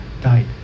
died